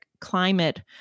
climate